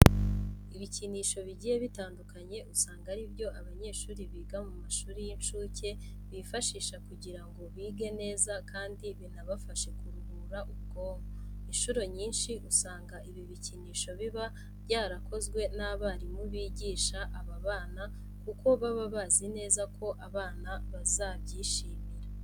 Ibikinisho bigiye bitandukanye usanga ari byo abanyeshuri biga mu mashuri y'incuke bifashisha kugira ngo bige neza kandi binabafashe kuruhura ubwonko. Incuro nyinshi usanga ibi bikinisho biba byarakozwe n'abarimu bigisha aba bana kuko baba bazi neza ko abana bazabyishimira.